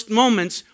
moments